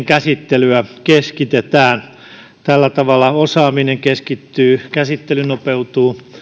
käsittelyä keskitetään tällä tavalla osaaminen keskittyy käsittely nopeutuu